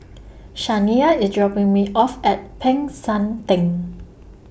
Shaniya IS dropping Me off At Peck San Theng